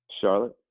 Charlotte